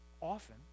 Often